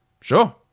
Sure